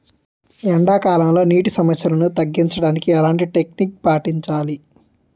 ఎండా కాలంలో, నీటి సమస్యలను తగ్గించడానికి ఎలాంటి టెక్నిక్ పాటించాలి?